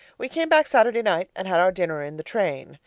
we came back saturday night and had our dinner in the train,